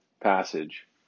passage